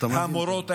המורות האלה,